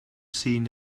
seen